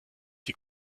die